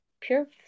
pure